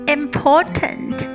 important